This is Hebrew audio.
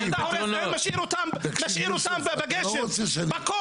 אתה הורס אותה ומשאיר אותם בגשם, בקור.